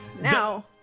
Now